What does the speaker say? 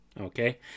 okay